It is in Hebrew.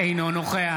אינו נוכח